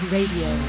Radio